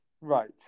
Right